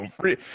Free